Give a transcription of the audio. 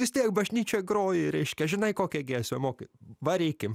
vis tiek bažnyčioj groji reiškia žinai kokią giesmę moki varykim